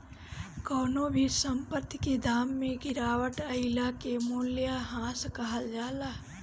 कवनो भी संपत्ति के दाम में गिरावट आइला के मूल्यह्रास कहल जाला